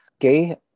okay